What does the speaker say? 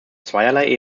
zweierlei